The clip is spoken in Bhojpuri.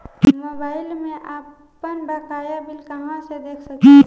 मोबाइल में आपनबकाया बिल कहाँसे देख सकिले?